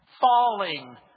falling